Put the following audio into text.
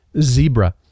zebra